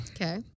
Okay